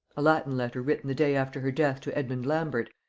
a latin letter written the day after her death to edmund lambert,